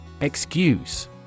Excuse